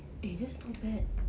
eh that's not bad